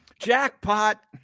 Jackpot